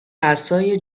عصای